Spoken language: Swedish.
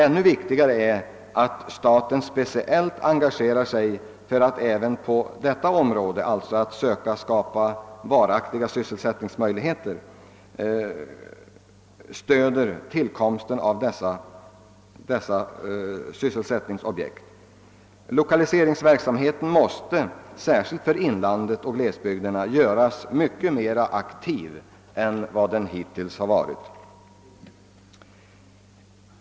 Ännu viktigare är emellertid att staten engagerar sig för att söka skapa varaktiga sysselsättningsmöjligheter och stöder tillkomsten av sysselsättningsobjekt. Lokaliseringsverksamheten måste särskilt för inlandet göras mer aktiv än vad den hittills varit.